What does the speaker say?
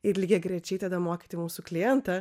ir lygiagrečiai tada mokyti mūsų klientą